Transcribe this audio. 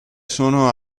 sono